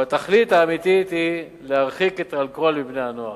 אבל התכלית האמיתית היא להרחיק את האלכוהול מבני-הנוער.